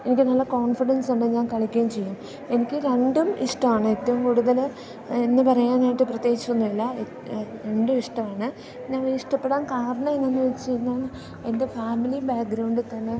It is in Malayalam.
എനിക്ക് നല്ല കോൺഫിഡൻസ് ഉണ്ട് ഞാൻ കളിക്കുകയും ചെയ്യും എനിക്ക് രണ്ടും ഇഷ്ടമാണ് ഏറ്റവും കൂടുതൽ എന്ന് പറയാനായിട്ട് പ്രത്യേകിച്ചൊന്നും ഇല്ല രണ്ടും ഇഷ്ടമാണ് ഞാനിഷ്ടപ്പെടാൻ കാരണം എന്താണെന്ന് വെച്ച് കഴിഞ്ഞാൽ എൻ്റെ ഫാമിലി ബാഗ്രൗണ്ടീത്തന്നെ